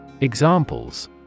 Examples